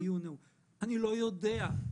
אני לא יודע,